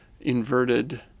inverted